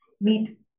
meet